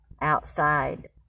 outside